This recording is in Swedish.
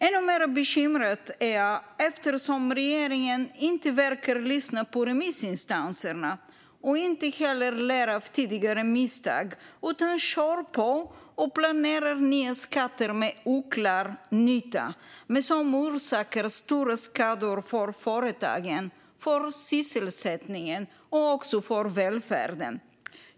Ännu mer bekymrad blir jag över att regeringen inte verkar lyssna på remissinstanserna och heller inte lär av tidigare misstag. Man kör på och planerar nya skatter med oklar nytta men som orsakar stora skador för företagen, sysselsättningen och välfärden.